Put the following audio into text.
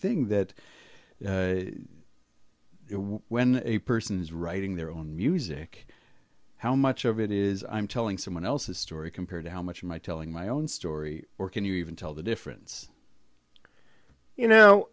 thing that when a person is writing their own music how much of it is i'm telling someone else's story compared to how much my telling my own story or can you even tell the difference you know